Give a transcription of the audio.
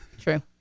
True